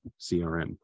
CRM